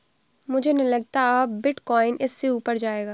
मुझे नहीं लगता अब बिटकॉइन इससे ऊपर जायेगा